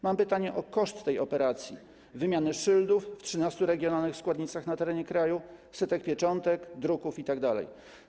Mam pytanie o koszt tej operacji, wymiany szyldów w 13 regionalnych składnicach na terenie kraju, setek pieczątek, druków itd.